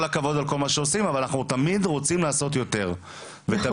כל הכבוד על מה שעושים אבל תמיד רוצים לעשות יותר --- נכון.